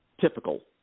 typical